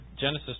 Genesis